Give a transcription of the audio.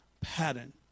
pattern